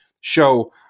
show